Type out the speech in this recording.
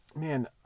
man